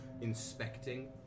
inspecting